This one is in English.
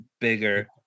bigger